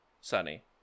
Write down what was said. Sunny